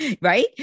right